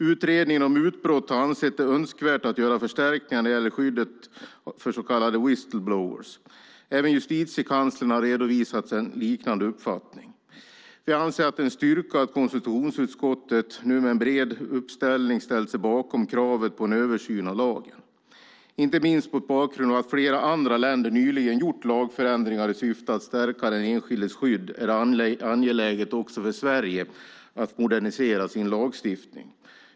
Utredningen om mutbrott har ansett det önskvärt att göra förstärkningar när det gäller skyddet för så kallade whistle-blowers. Även justitiekanslern har redovisat en liknande uppfattning. Vi anser att det är en styrka att konstitutionsutskottet nu med bred uppställning har ställt sig bakom kravet på en översyn av lagen. Inte minst mot bakgrund av att flera andra länder nyligen gjort lagförändringar i syfte att stärka den enskildes skydd är det angeläget också för Sverige att modernisera sin lagstiftning.